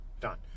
Done